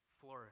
flourish